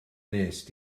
wnest